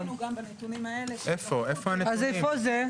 איפה זה?